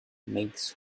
makes